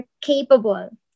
capable